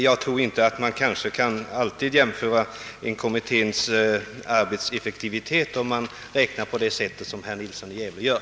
Jag tror inte att man alltid kan bedöma en kommittés arbetseffektivitet om man räknar på det sätt som herr Nilsson i Gävle gör.